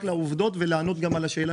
למה הקושי?